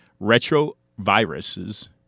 Retroviruses